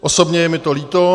Osobně je mi to líto.